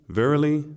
verily